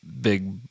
big –